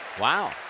Wow